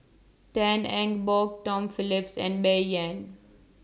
Tan Eng Bock Tom Phillips and Bai Yan